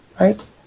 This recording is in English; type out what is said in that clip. right